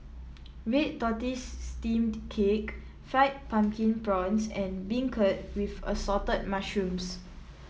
Red Tortoise Steamed Cake Fried Pumpkin Prawns and beancurd with Assorted Mushrooms